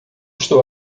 estou